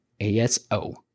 ASO